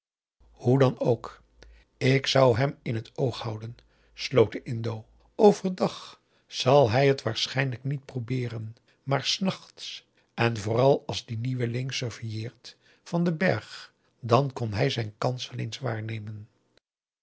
hoe dan ook ik zou hem in het oog houden sloot de indo overdag zal hij het waarschijnlijk niet probeeren maar s nachts en vooral als die nieuweling surveilleert van den berg dan kon hij zijn kans wel eens waarnemen